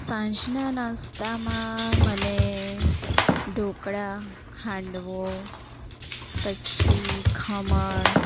સાંજના નાસ્તામાં મને ઢોકળા હાંડવો પછી ખમણ